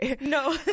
No